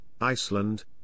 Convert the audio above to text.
Iceland